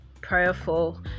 prayerful